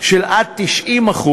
עד 90%,